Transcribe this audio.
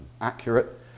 accurate